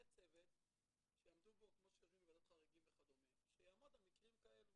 יהיה צוות שיעמדו --- ועדת חריגים וכדומה שיעמוד על מקרים כאלו,